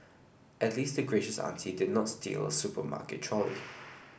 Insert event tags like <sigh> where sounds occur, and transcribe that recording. at least the gracious auntie did not steal a supermarket trolley <noise>